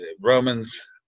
Romans